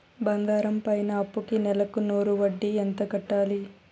బంగారం పైన అప్పుకి నెలకు నూరు వడ్డీ ఎంత కట్టాలి?